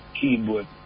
keyboard